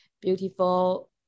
beautiful